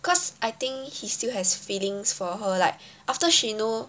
cause I think he still has feelings for her like after she know